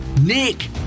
Nick